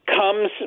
comes